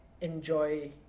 enjoy